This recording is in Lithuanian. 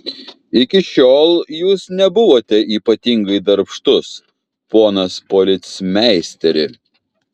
iki šiol jūs nebuvote ypatingai darbštus ponas policmeisteri